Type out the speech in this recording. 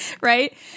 right